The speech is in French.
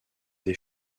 des